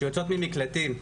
שיוצאות ממקלטים,